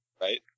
Right